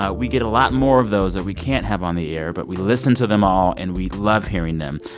ah we get a lot more of those that we can't have on the air. but we listen to them all. and we love hearing them.